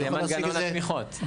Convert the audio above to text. זה מנגנון התמיכות.